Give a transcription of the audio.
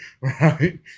right